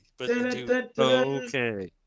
Okay